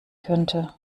könnte